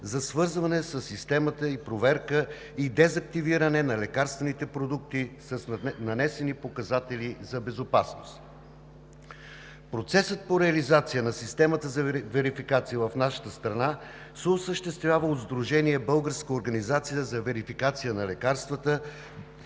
за свързване със Системата, проверка и дезактивиране на лекарствените продукти с нанесени показатели за безопасност. Процесът по реализация на системата за верификация в нашата страна се осъществява от Сдружение „Българска организация за верификация на лекарствата“,